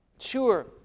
Sure